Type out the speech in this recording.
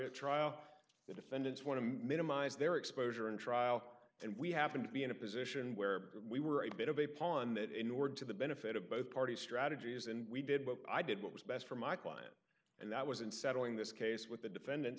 a trial the defendants want to minimize their exposure and trial and we happened to be in a position where we were a bit of a pawn that in order to the benefit of both parties strategies and we did what i did what was best for my client and that was in settling this case with the defendant